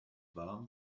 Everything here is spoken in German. warm